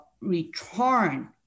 return